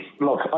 look